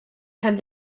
herrn